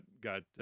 got